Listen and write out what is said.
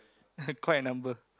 quite a number